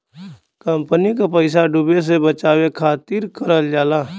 company क पइसा डूबे से बचावे खातिर करल जाला